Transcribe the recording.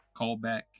callback